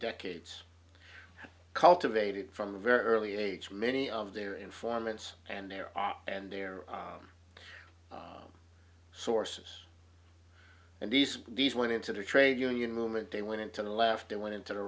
decades cultivated from the very early age many of their informants and their and their sources and these these went into the trade union movement they went into the left and went into the